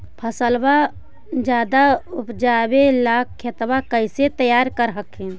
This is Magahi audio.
फसलबा ज्यादा उपजाबे ला खेतबा कैसे तैयार कर हखिन?